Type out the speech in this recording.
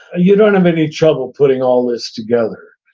you don't have any trouble putting all this together.